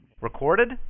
Recorded